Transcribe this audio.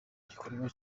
gikorwa